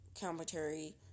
commentary